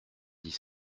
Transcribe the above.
dix